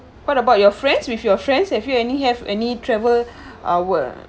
what about your friends with your friends have you any have any travel hour